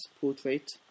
portrait